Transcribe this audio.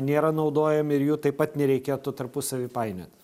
nėra naudojami ir jų taip pat nereikėtų tarpusavyje painioti